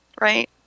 Right